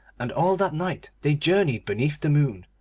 and all that night they journeyed beneath the moon,